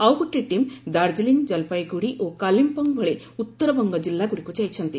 ଆଉଗୋଟିଏ team Darjeeling Jalpaiguri ଓ କାଲିମପୋଙ୍ଗ ଭଳି ଉତ୍ତରବଙ୍ଗ କିଲ୍ଲାଗୁଡ଼ିକୁ ଯାଇଛନ୍ତି